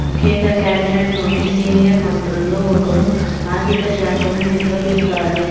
కేంద్ర క్యాబినెట్లోని సీనియర్ మంత్రుల్లో ఒకరు ఆర్ధిక శాఖను నిర్వహిస్తారు